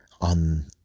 on